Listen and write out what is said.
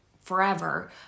forever